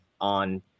on